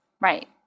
Right